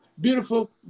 beautiful